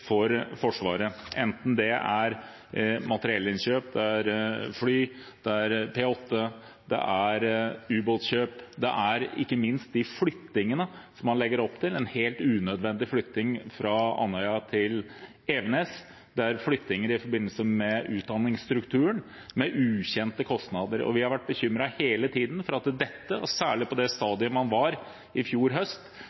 for Forsvaret, enten det er materiellinnkjøp, fly, P8, ubåtkjøp eller ikke minst flyttingene man legger opp til – en helt unødvendig flytting fra Andøya til Evenes og flyttinger i forbindelse med utdanningsstrukturen, med ukjente kostnader. Vi har hele tiden vært bekymret for at vi, særlig på det